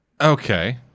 Okay